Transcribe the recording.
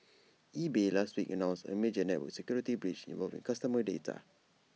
eBay last week announced A major network security breach involving customer data